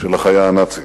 של החיה הנאצית.